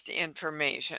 information